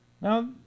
Now